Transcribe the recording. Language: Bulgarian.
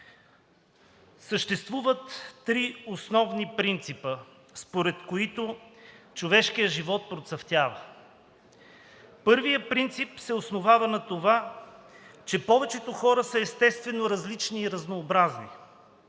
Съществуват три основни принципа, според които човешкият живот процъфтява. Първият принцип се основава на това, че повечето хора са естествено различни и разнообразни.